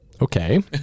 Okay